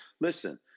listen